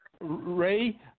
Ray